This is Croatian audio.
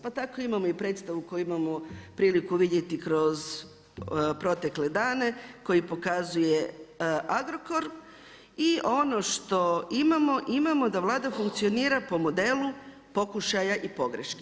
Pa tako imamo i predstavu koju imamo priliku vidjeti kroz protekle dane, koji pokazuje Agrokor i ono što imamo, imamo da Vlada funkcionira po modelu pokušaja i pogreški.